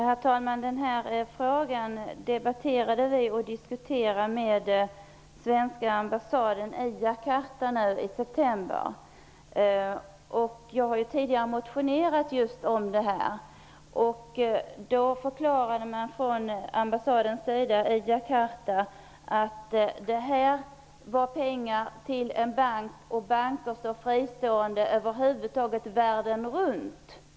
Herr talman! Denna fråga diskuterade vi i september med den svenska ambassaden i Jakarta -- jag har också tidigare motionerat om just detta. I Jakarta förklarade man från ambassadens sida att detta rörde pengar till en bank och att banker över huvud taget världen runt står fristående.